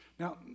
Now